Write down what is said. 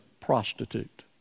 prostitute